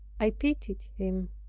i pitied him